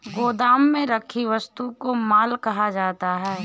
गोदाम में रखी वस्तु को माल कहा जाता है